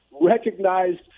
recognized